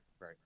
right